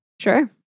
Sure